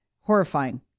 horrifying